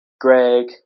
Greg